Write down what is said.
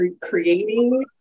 creating